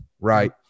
Right